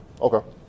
Okay